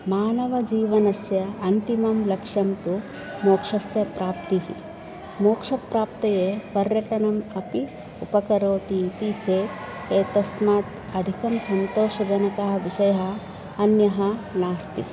मानवजीवनस्य अन्तिमं लक्ष्यं तु मोक्षस्य प्राप्तिः मोक्षप्राप्तये पर्यटनम् अपि उपकरोति इति चेत् एतस्मात् अधिकं सन्तोषजनकः विषयः अन्यः नास्ति